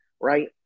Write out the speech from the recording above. right